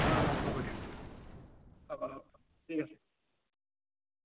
অঁ অঁ হ'ব দিয়ক হ'ব হ'ব ঠিক আছে